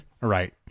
Right